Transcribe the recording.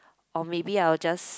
or maybe I will just